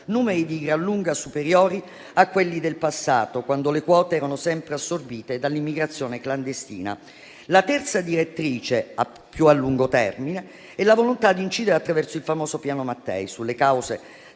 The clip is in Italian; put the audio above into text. numeri di gran lunga superiori a quelli del passato, quando le quote erano sempre assorbite dall'immigrazione clandestina. La terza direttrice, più a lungo termine, è la volontà di incidere, attraverso il famoso Piano Mattei, sulle cause